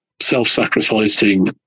self-sacrificing